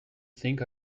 think